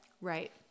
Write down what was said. Right